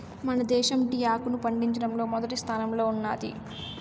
మన దేశం టీ ఆకును పండించడంలో మొదటి స్థానంలో ఉన్నాది